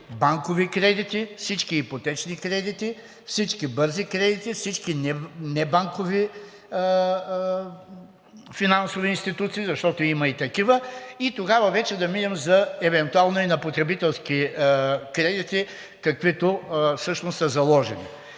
банкови кредити, всички ипотечни кредити, всички бързи кредити, всички небанкови финансови институции, защото има и такива, и тогава вече да минем евентуално и на потребителски кредити, каквито всъщност са заложени.